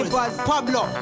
Pablo